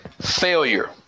failure